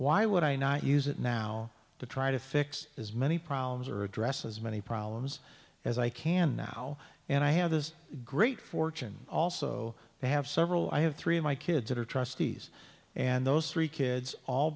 why would i not use it now to try to fix as many problems or address as many problems as i can now and i have this great fortune also i have several i have three of my kids that are trustees and those three kids all